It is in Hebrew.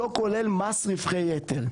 לא כולל מס רווחי יתר.